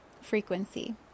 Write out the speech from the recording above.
frequency